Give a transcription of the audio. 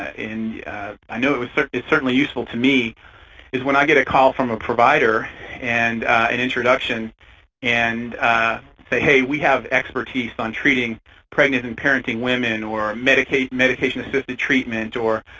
and i know it's certainly it's certainly useful to me is when i get a call from a provider and an introduction and say, hey, we have expertise on treating pregnant and parenting women or medication medication assisted treatment or